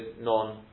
non